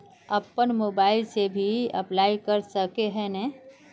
अपन मोबाईल से भी अप्लाई कर सके है नय?